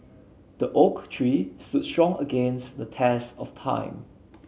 the oak tree stood strong against the test of time